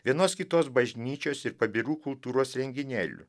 vienos kitos bažnyčios ir pabirų kultūros renginėlių